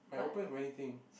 might open for anything